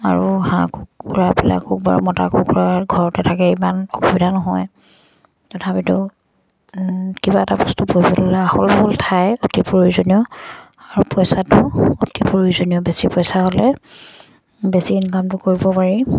আৰু হাঁহ কুকুৰাবিলাকো বাৰু মতা কুকুৰা ঘৰতে থাকে ইমান অসুবিধা নহয় তথাপিতো কিবা এটা বস্তু পুহিব ল'লে সৰু সৰু ঠাই অতি প্ৰয়োজনীয় আৰু পইচাটো অতি প্ৰয়োজনীয় বেছি পইচা হ'লে বেছি ইনকামটো কৰিব পাৰি